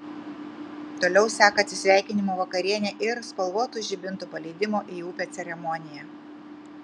toliau seka atsisveikinimo vakarienė ir spalvotų žibintų paleidimo į upę ceremonija